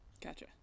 gotcha